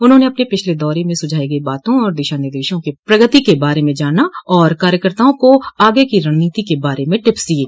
उन्होंने अपने पिछले दौरे में सुझायी गयी बातों और दिशा निर्देशों की प्रगति के बारे में जाना आर कार्यकर्ताओं को आगे की रणनीति के बारे में टिप्स दिये